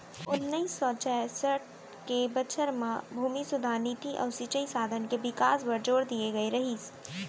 ओन्नाइस सौ चैंसठ के बछर म भूमि सुधार नीति अउ सिंचई साधन के बिकास बर जोर दिए गए रहिस